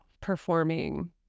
performing